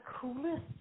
coolest